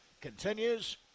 continues